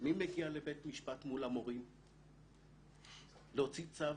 מי מגיע לבית משפט מול המורים להוציא צו?